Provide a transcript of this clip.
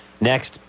next